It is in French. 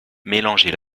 mélanger